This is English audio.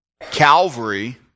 Calvary